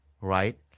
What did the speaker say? right